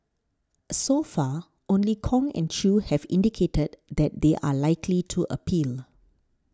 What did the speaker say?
so far only Kong and Chew have indicated that they are likely to appeal